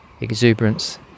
exuberance